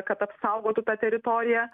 kad apsaugotų tą teritoriją